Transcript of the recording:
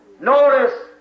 Notice